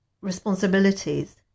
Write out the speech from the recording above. responsibilities